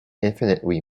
infinitely